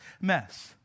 mess